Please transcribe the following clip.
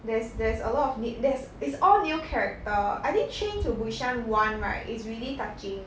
there's there's a lot of need there's it's all new character I think train to busan one right is really touching